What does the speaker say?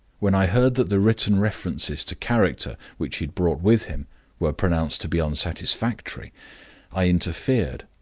when i heard that the written references to character which he had brought with him were pronounced to be unsatisfactory, i interfered,